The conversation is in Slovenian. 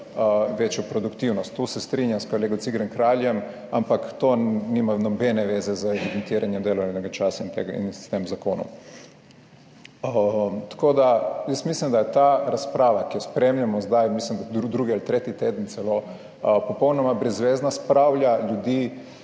večjo produktivnost - tu se strinjam s kolegom Cigler Kraljem, ampak to nima nobene veze z evidentiranjem delovnega časa in tega in s tem zakonom. Tako da jaz mislim, da je ta razprava, ki jo spremljamo zdaj, mislim da drugi ali tretji teden celo popolnoma brezvezna. Spravlja ljudi